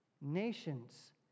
nations